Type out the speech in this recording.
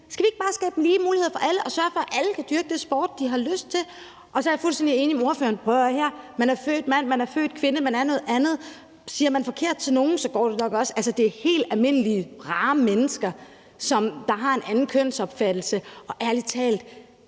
Skal vi ikke bare skabe lige muligheder for alle og sørge for, at alle kan dyrke den sport, de har lyst til? Så er jeg fuldstændig enig med ordføreren. Prøv at høre her: Man er født som mand, man er født som kvinde, og man er noget andet, og siger man det forkert til nogen, går det nok også. Altså, det er helt almindelige rare mennesker, der har en anden kønsopfattelse, og ærlig talt